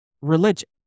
religion